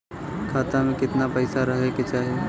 खाता में कितना पैसा रहे के चाही?